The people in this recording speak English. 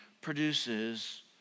produces